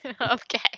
Okay